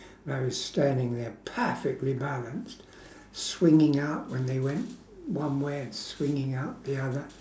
and I was standing there perfectly balanced swinging out when they went one way and swinging out the other